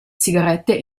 sigarette